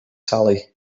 sally